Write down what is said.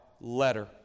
letter